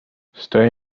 stay